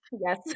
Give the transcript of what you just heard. Yes